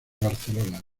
barcelona